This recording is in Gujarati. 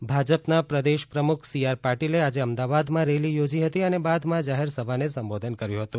પાટીલ રેલી ભાજપના પ્રદેશપ્રમુખ સી આર પાટિલ આજે અમદાવાદમા રેલી યોજી હતી અન બાદમાં જાહેર સભાન સંબોધન કર્યું હતું